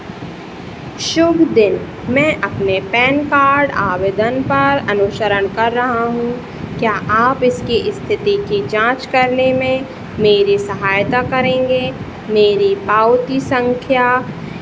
शुभ दिन मैं अपने पैन कार्ड आवेदन पर अनुसरण कर रहा हूँ क्या आप इसकी स्थिति की जांच करने में मेरी सहायता करेंगे मेरी पावती संख्या